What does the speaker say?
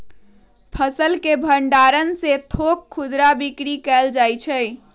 फसल के भण्डार से थोक खुदरा बिक्री कएल जाइ छइ